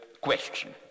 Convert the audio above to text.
question